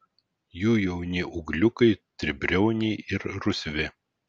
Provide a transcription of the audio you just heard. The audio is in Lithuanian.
jų jauni ūgliukai tribriauniai ir rusvi